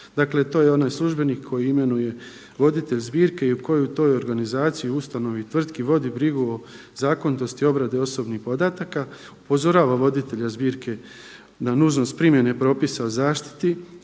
Dakle, to je onaj službenik koji imenuje voditelj zbirke i koji u toj organizaciji, ustanovi, tvrtki vodi brigu o zakonitosti obrade osobnih podataka, upozorava voditelja zbirke na nužnost primjene propisa o zaštiti,